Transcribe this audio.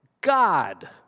God